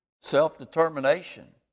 self-determination